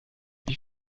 wie